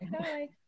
Hi